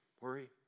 worry